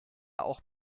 auch